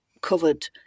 covered